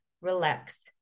relax